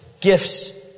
Gifts